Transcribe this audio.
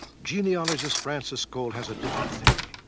genealogist frances scoll has a different theory.